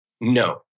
No